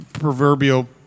proverbial